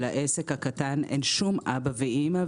לעסק הקטן אין שום אבא ואימא.